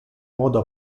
modo